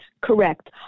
Correct